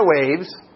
waves